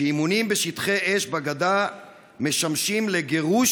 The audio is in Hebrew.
שאימונים בשטחי אש בגדה משמשים לגירוש